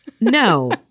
No